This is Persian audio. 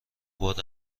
باد